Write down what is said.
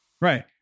Right